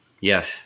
Yes